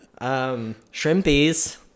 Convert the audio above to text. Shrimpies